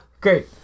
great